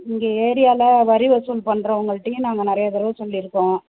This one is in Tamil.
இங்கே ஏரியாவில் வரி வசூல் பண்றவங்கள்டையும் நாங்கள் நிறையா தடவை சொல்லிருக்கோம்